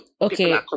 Okay